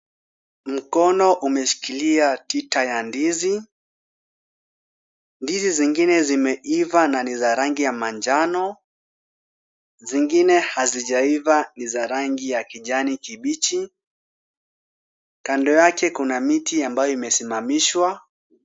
Mkono umeshikilia tita ya ndizi. Ndizi zingine zimeiva na ni za rangi ya manjano. Zingine hazijaiva ni za rangi ya kijani kibichi. Kando yake kuna miti ambayo imesimamishwa.